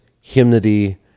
hymnody